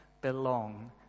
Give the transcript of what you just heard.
belong